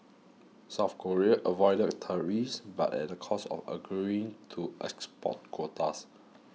South Korea avoided tariffs but at a cost of agreeing to export quotas